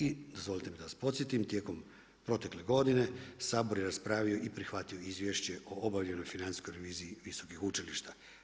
I dozvolite mi da vam podsjetim, tijekom protekle godine Sabor je raspravio i prihvatio izvješće o obavljenoj financijskoj reviziji visokih učilišta.